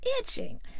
itching